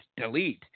delete